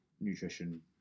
nutrition